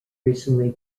recently